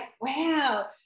wow